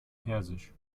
persisch